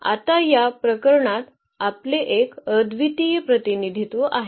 आता या प्रकरणात आपले एक अद्वितीय प्रतिनिधित्व आहे